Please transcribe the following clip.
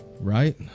Right